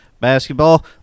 Basketball